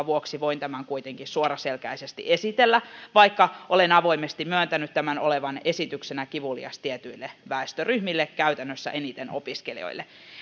vuoksi voin tämän kuitenkin suoraselkäisesti esitellä vaikka olen avoimesti myöntänyt tämän olevan esityksenä kivulias tietyille väestöryhmille käytännössä eniten opiskelijoille